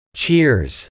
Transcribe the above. cheers